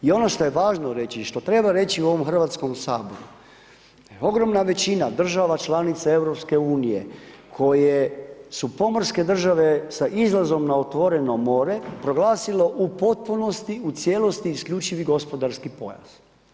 I ono što je važno reći i što treba reći u ovom Hrvatskom saboru, ogromna većina država članica EU koje su pomorske države sa izlazom na otvoreno more proglasilo u potpunosti u cijelosti isključivi gospodarski pojas.